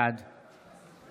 בעד